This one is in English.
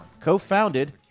co-founded